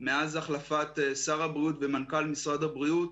מאז החלפת שר הבריאות ומנכ"ל משרד הבריאות.